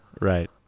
Right